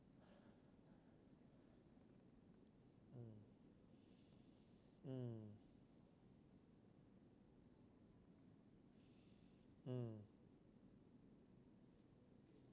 mm mm